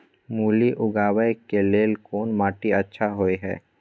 मूली उगाबै के लेल कोन माटी अच्छा होय है?